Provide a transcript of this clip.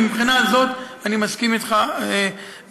מהבחינה הזאת אני מסכים איתך מאוד.